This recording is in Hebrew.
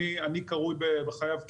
עני קרוי בחייו כמת,